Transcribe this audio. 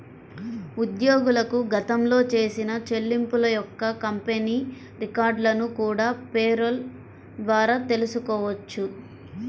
ఉద్యోగులకు గతంలో చేసిన చెల్లింపుల యొక్క కంపెనీ రికార్డులను కూడా పేరోల్ ద్వారా తెల్సుకోవచ్చు